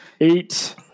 eight